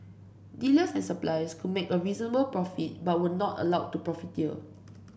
dealers and suppliers could make a reasonable profit but were not allowed to profiteer